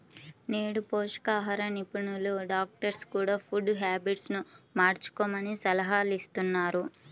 నేడు పోషకాహార నిపుణులు, డాక్టర్స్ కూడ ఫుడ్ హ్యాబిట్స్ ను మార్చుకోమని సలహాలిస్తున్నారు